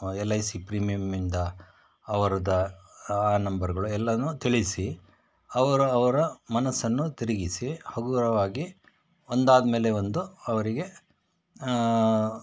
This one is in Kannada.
ಎಲ್ ಐ ಸಿ ಪ್ರೇಮಿಯಮಿಂದ ಅವ್ರದ್ದು ಆ ಆ ನಂಬರ್ಗಳು ಎಲ್ಲನೂ ತಿಳಿಸಿ ಅವ್ರ ಅವರ ಮನಸ್ಸನ್ನು ತಿರುಗಿಸಿ ಹಗುರವಾಗಿ ಒಂದಾದ ಮೇಲೆ ಒಂದು ಅವರಿಗೆ